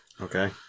Okay